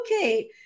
okay